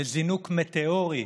לזינוק מטאורי,